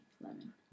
Lemon